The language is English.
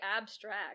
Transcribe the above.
abstract